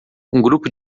grupo